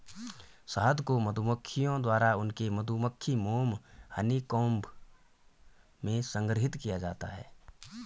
शहद को मधुमक्खियों द्वारा उनके मधुमक्खी मोम हनीकॉम्ब में संग्रहीत किया जाता है